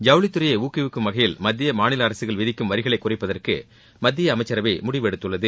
ஜவுளித்துறையை ஊக்குவிக்கும் வகையில் மத்திய மாநில அரசுகள் விதிக்கும் வரிகளை குறைப்பதற்கு மத்திய அமைச்சரவை முடிவெடுத்துள்ளது